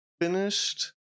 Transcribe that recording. finished